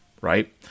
right